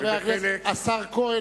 השר כהן,